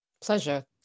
Pleasure